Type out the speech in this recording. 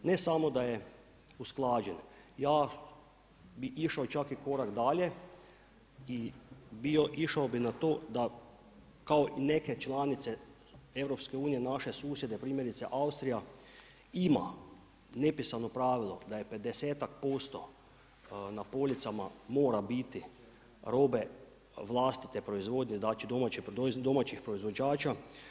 Ne samo da je usklađen, ja bih išao čak i korak dalje i bio, išao bih na to da kao i neke članice EU, naše susjede, primjerice Austrija ima nepisano pravilo da je 50-ak% na policama mora biti robe vlastite proizvodnje, znači domaćih proizvođača.